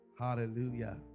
Hallelujah